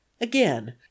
Again